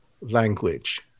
language